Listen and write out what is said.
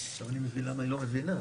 --- עכשיו אני מבין למה היא לא מבינה,